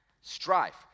strife